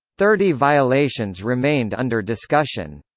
thirty violations remained under discussion.